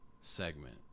Segment